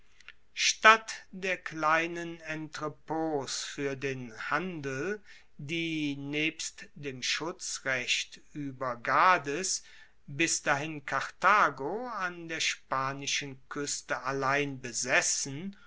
statt der kleinen entrepts fuer den handel die nebst dem schutzrecht ueber gades bis dahin karthago an der spanischen kueste allein besessen